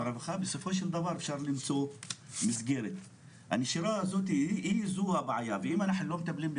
בקשת המשטרה ורשויות הרווחה ואנחנו לא נדון ספציפית